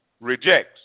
rejects